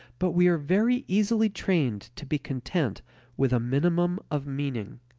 but we are very easily trained to be content with a minimum of meaning,